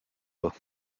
loop